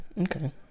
Okay